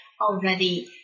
already